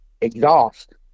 exhaust